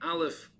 Aleph